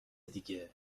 دیگه